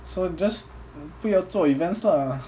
so just 不要做 events lah